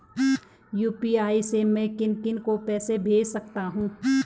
UPI से मैं किन किन को पैसे भेज सकता हूँ?